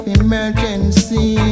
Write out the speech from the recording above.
emergency